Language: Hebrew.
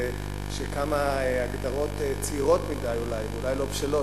ואם הצעירים חושבים שכמה הגדרות צעירות מדי אולי ואולי לא בשלות,